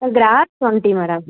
cross twenty madam